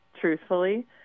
truthfully